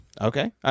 Okay